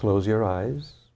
close your eyes